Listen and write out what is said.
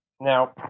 Now